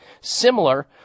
similar